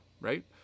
right